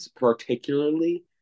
particularly